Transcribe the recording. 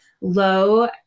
low